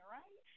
right